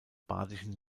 badischen